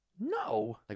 No